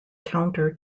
counter